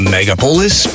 Megapolis